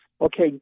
okay